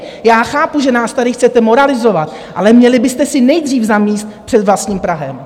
Já chápu, že nás tady chcete moralizovat, ale měli byste si nejdříve zamést před vlastním prahem.